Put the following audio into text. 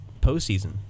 postseason